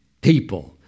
people